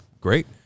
great